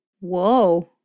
Whoa